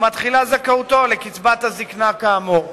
ומתחילה זכאותו לקצבת זיקנה כאמור.